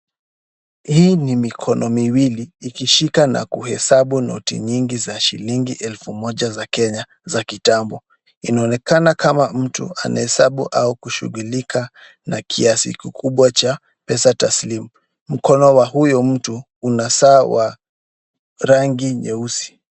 Hii ni mikono miwili, ikishika na kuhesabu noti nyingi za shilingi elfu moja za Kenya za kitambo. Inaonekana kama mtu anahesabu au kushughulika na kiasi kikubwa cha pesa taslimu. Mkono wa huyu mtu una saa ya rangi nyeusi.